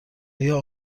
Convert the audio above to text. آیا